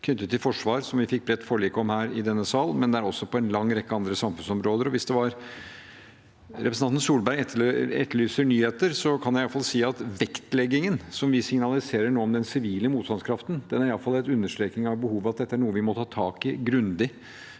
knyttet til forsvar, som vi fikk et bredt forlik om her i denne sal, må debatten også føres på en lang rekke andre samfunnsområder. Representanten Solberg etterlyser nyheter. Jeg kan iallfall si at vektleggingen som vi nå signaliserer av den sivile motstandskraften, er iallfall en understrekning av behovet, at dette er noe vi må ta tak i grundig